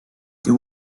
the